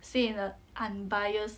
say in the unbiased